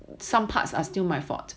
some parts are still my fault